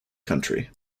country